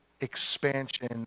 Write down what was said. expansion